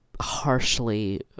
harshly